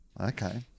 Okay